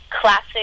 classic